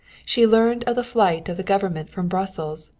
she learned of the flight of the government from brussels,